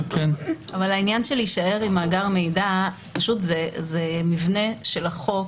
העניין של הישארות עם מאגר מידע זה מבנה של החוק.